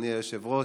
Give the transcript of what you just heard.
אדוני היושב-ראש,